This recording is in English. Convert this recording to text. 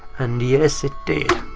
and yes, it did.